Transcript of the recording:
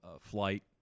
flight